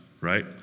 right